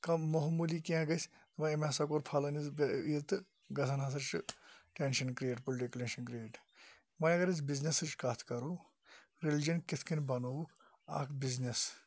کانٛہہ موموٗلی کینٛہہ گَژھِ أمۍ ہَسا کوٚر فَلٲنِس یہِ تہٕ گَژھان ہَسا چھُ ٹینشَن کریٹ پُلٹِکَل کریٹ وۄنۍ اَگَر أسۍ بِزنِسٕچ کَتھ کَرَو ریٚلجَن کِتھ کٔنۍ بَنووُکھ اَکھ بِزنِس